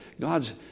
God's